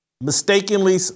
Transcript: mistakenly